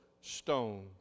stone